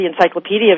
Encyclopedia